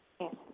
Yes